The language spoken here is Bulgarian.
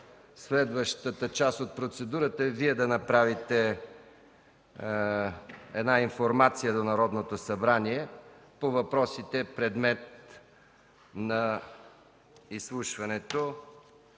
следващата част от процедурата е Вие да направите една информация до Народното събрание по въпросите, предмет на изслушването.